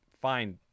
fine